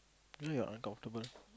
really ah uncomfortable